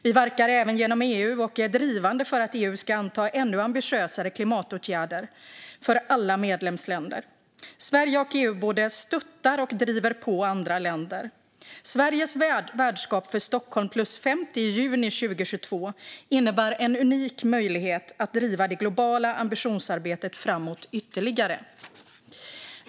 Vi verkar även genom EU och är drivande för att EU ska anta ännu ambitiösare klimatåtgärder för alla medlemsländer. Sverige och EU både stöttar och driver på andra länder. Sveriges värdskap för Stockholm + 50 i juni 2022 innebär en unik möjlighet att driva det globala ambitionsarbetet framåt ytterligare.